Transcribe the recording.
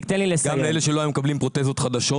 גם אלה שלא היו מקבלים פרוטזות חדשות